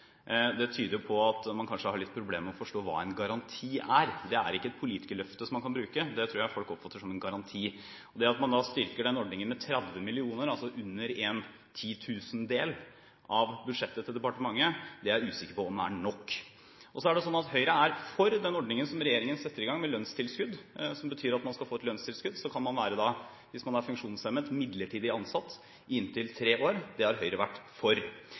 Det tyder jo på at man kanskje har litt problemer med å forstå hva en garanti er. Det er ikke et politikerløfte som man kan bruke, det tror jeg folk oppfatter som en garanti. Det at man da styrker den ordningen med 30 mill. kr, altså under en titusendel av budsjettet til departementet, er jeg usikker på om er nok. Så er det sånn at Høyre er for den ordningen som regjeringen setter i gang med lønnstilskudd. Den betyr at man skal få et lønnstilskudd, og så kan man hvis man er funksjonshemmet, være midlertidig ansatt i inntil tre år. Det har Høyre vært for.